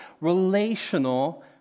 relational